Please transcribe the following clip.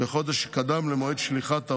בחודש שקדם למועד שליחת ההודעה.